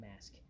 mask